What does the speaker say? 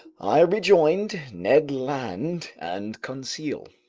i rejoined ned land and conseil.